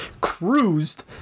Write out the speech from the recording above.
cruised